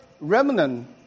remnant